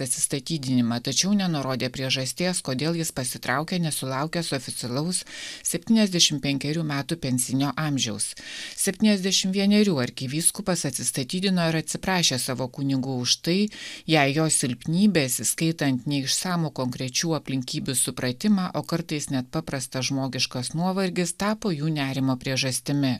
atsistatydinimą tačiau nenurodė priežasties kodėl jis pasitraukė nesulaukęs oficialaus septyniasdešim penkerių metų pensinio amžiaus septyniasdešim vienerių arkivyskupas atsistatydino ir atsiprašė savo kunigų už tai jei jo silpnybės įskaitant neišsamų konkrečių aplinkybių supratimą o kartais net paprastas žmogiškas nuovargis tapo jų nerimo priežastimi